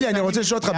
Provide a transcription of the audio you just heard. אני רוצה לשאול אותך,